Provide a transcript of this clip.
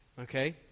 Okay